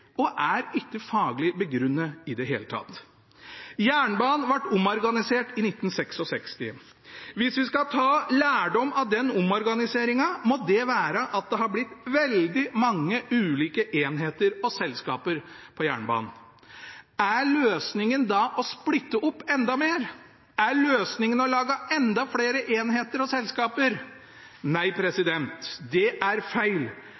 og er ikke faglig begrunnet i det hele tatt. Jernbanen ble omorganisert i 1966. Hvis vi skal ta lærdom av den omorganiseringen, må det være at det har blitt veldig mange ulike enheter og selskaper på jernbanen. Er løsningen da å splitte opp enda mer? Er løsningen å lage enda flere enheter og selskaper? Nei, det er feil.